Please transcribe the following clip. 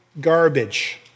garbage